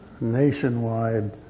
nationwide